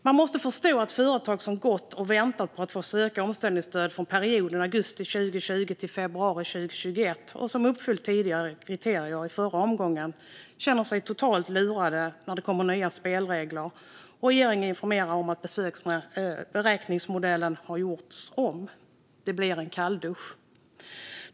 Man måste förstå att företagare som har gått och väntat på att få söka omställningsstöd för perioden augusti 2020 till februari 2021, och som uppfyllt tidigare kriterier i förra omgången, känner sig totalt lurade när det kommer nya spelregler och regeringen informerar om att beräkningsmodellen har gjorts om. Det blir en kalldusch.